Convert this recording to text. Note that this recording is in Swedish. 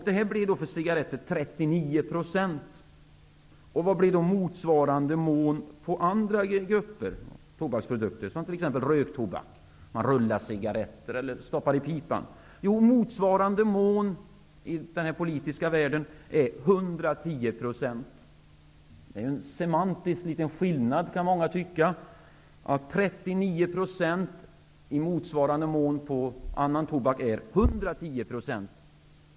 Det blir 39 % skattehöjning på cigaretter. Vad blir då ''motsvarande mån'' för övriga tobaksvaror, exempelvis röktobak, som används när man rullar cigaretter eller stoppar pipa? I den här politiska världen är ''motsvarande mån'' 110 %. Vilken semantisk skillnad, kan många tycka, att 39 % i motsvarande mån är 110 % på annan tobak.